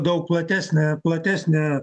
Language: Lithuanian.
daug platesnę platesnę